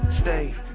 stay